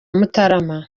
mutarama